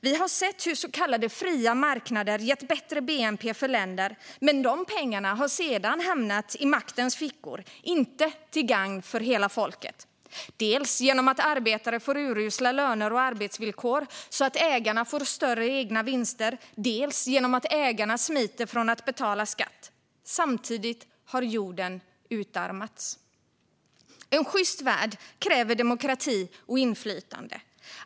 Vi har sett att så kallade fria marknader gett länder bättre bnp men att de pengarna sedan hamnat i maktens fickor och inte gagnat hela folket - dels genom att arbetare får urusla löner och arbetsvillkor så att ägarna får större egna vinster, dels genom att ägarna smiter från att betala skatt. Samtidigt har jorden utarmats. En sjyst värld kräver demokrati och inflytande.